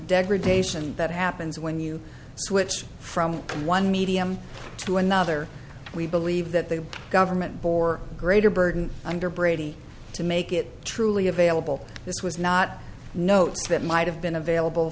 degradation that happens when you switch from one medium to another we believe that the government bore a greater burden under brady to make it truly available this was not notes that might have been available